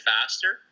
faster